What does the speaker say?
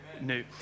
new